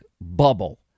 bubble